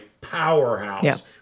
powerhouse